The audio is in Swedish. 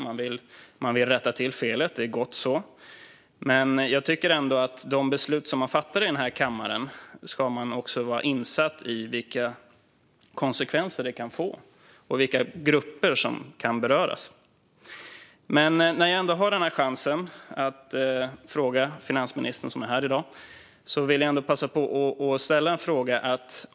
De vill rätta till felet. Det är gott så. Men jag tycker ändå att när det gäller de beslut som man fattar i denna kammare ska man också vara insatt i vilka konsekvenser de kan få och vilka grupper som kan beröras. När jag ändå har denna chans att ställa frågor till finansministern i dag vill jag passa på att ställa följande fråga.